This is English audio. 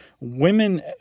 women